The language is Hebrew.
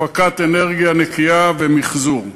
הפקת אנרגיה נקייה ומיחזור.